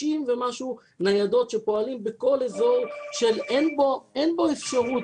ומשהו ניידות שפועלות בכל האזור שאין בו אפשרות